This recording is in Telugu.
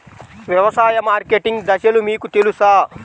వ్యవసాయ మార్కెటింగ్ దశలు మీకు తెలుసా?